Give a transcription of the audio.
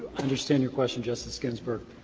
understand your question, justice ginsburg.